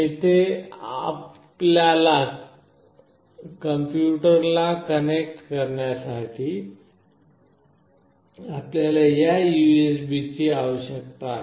येथून आपल्या कॉम्प्युटरला कनेक्ट करण्यासाठी आपल्याला या यूएसबीची आवश्यकता आहे